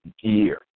year